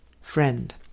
Friend